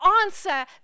answer